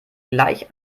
gleich